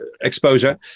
exposure